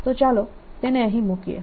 તો ચાલો તેને અહીં મૂકીએ